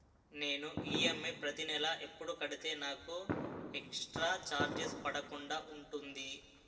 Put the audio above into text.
నేను ఈ.ఎం.ఐ ప్రతి నెల ఎపుడు కడితే నాకు ఎక్స్ స్త్ర చార్జెస్ పడకుండా ఉంటుంది?